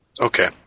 Okay